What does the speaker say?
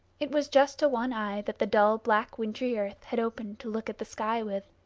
it was just a one eye that the dull black wintry earth had opened to look at the sky with.